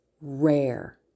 rare